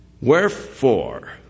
Wherefore